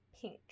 pink